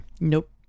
Nope